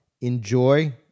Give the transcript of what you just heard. Enjoy